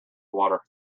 water